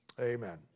amen